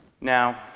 Now